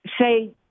say